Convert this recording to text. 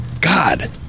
God